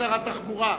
לשר התחבורה.